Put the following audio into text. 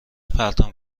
پرتم